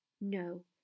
No